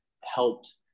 helped